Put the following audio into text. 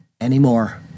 anymore